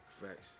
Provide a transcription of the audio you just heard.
Facts